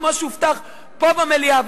כמו שהובטח פה במליאה,